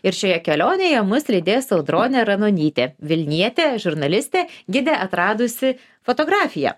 ir šioje kelionėje mus lydės audronė ranonytė vilnietė žurnalistė gidė atradusi fotografiją